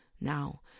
Now